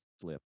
slip